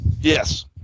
Yes